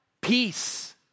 Peace